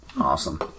Awesome